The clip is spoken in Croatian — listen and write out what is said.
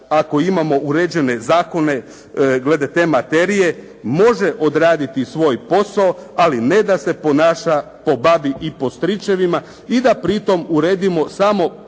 ako imamo uređene zakone, glede te materije, može odraditi svoj posao, ali ne da se ponaša po babi i po stričevima i da pri tom uredimo samo